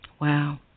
Wow